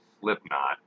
Slipknot